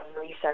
research